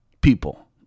people